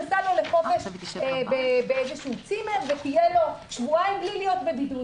נסע לחופשה באיזה צימר וטייל שבועיים בלי להיות בבידוד.